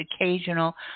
occasional